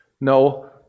No